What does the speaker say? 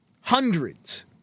hundreds